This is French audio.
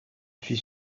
suis